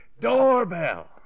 Doorbell